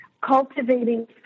cultivating